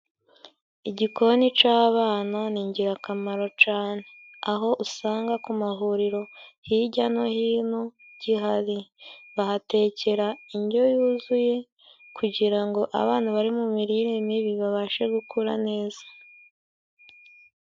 Igikoni c'abana ni ingirakamaro cane, aho usanga ku mahuriro hirya no hino gihari, bahatekera indyo yuzuye kugira ngo abana bari mu mirire mibi babashe gukura neza.